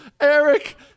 Eric